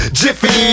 jiffy